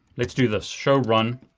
let's do this. show run,